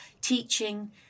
teaching